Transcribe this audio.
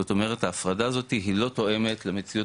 זאת אומרת ההפרדה הזאתי היא לא תואמת למציאות